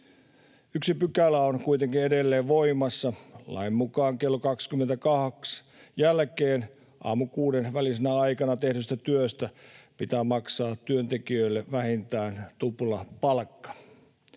Yksi pykälä on kuitenkin edelleen voimassa. Lain mukaan kello 22:n ja aamukuuden välisenä aikana tehdystä työstä pitää maksaa työntekijöille vähintään tuplapalkka.